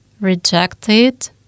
rejected